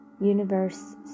Universe